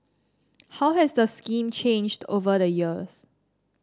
how has the scheme changed over the years